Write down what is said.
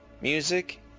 music